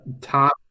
top